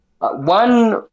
one